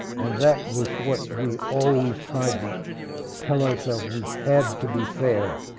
and that was what we always tried to tell ourselves. we had to be fair.